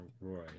Roy